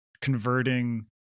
converting